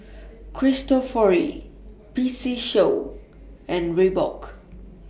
Cristofori P C Show and Reebok